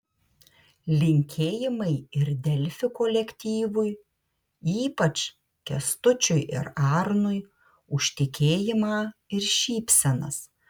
linkėjimai ir delfi kolektyvui ypač kęstučiui ir arnui už tikėjimą ir šypsenas